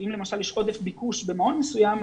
אם למשל יש עודף ביקוש במעון מסוים,